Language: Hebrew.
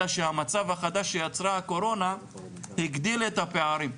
אלא שהמצב החדש שיצרה הקורונה הגדיל את הפערים.